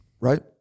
Right